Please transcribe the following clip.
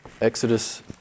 Exodus